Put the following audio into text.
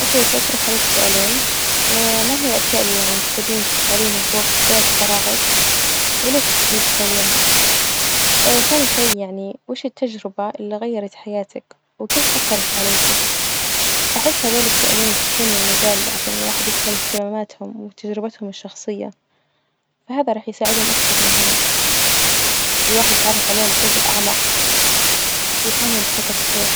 أوكي سأطرح عليكي سؤالين ما هي الأشياء اللي يعني تحبين تفعلينها في وق- أوجات فراغك? وليش تحبين تسوينها? ثاني شي يعني وش التجربة اللي غيرت حياتك? وكيف أثرت عليكي? أحس هذول السؤالين يفتحون لي المجال عشان الواحد يفهم إهتماماتهم وتجربتهم الشخصية، فهذا راح يساعدهم أكثر إنهم الواحد يتعرف عليهم بشكل أعمق ويفهمهم بشكل صحيح.